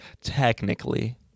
Technically